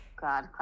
God